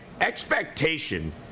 expectation